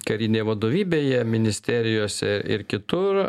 karinėj vadovybėje ministerijose ir kitur